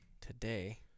today